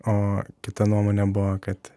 o kita nuomonė buvo kad